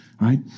right